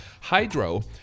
HYDRO